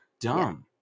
Dumb